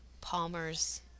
Palmer's